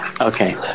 Okay